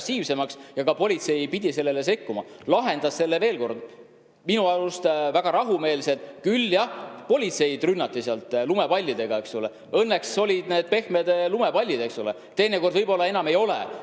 ja politsei pidi sellesse sekkuma. Ta lahendas selle, veel kord, minu arust väga rahumeelselt. Küll jah, politseid rünnati seal lumepallidega. Õnneks olid need pehmed lumepallid, teinekord võib-olla enam ei ole. Nii